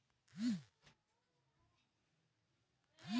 analog forestry ಮರುಅರಣ್ಯೀಕರಣಕ್ಕಾಗಿ ಮಾಡುವ ಸಿಲ್ವಿಕಲ್ಚರೆನಾ ಒಂದು ವಿಧಾನವಾಗಿದೆ